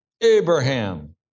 Abraham